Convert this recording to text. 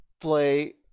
play